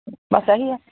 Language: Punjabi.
ਬਸ ਆਹੀ ਆ